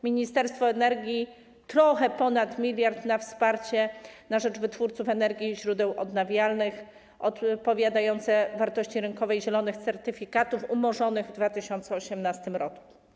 Ministerstwo energii trochę ponad 1 mld przeznaczyło na wsparcie na rzecz wytwórców energii ze źródeł odnawialnych, odpowiadające wartości rynkowej zielonych certyfikatów umorzonych w 2018 r.